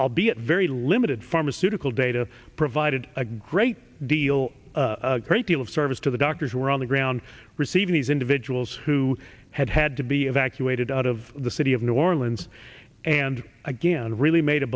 t very limited pharmaceutical data provided a great deal a great deal of service to the doctors who were on the ground receiving these individuals who had had to be evacuated out of the city of new orleans and again and really made a